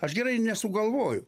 aš gerai nesugalvoju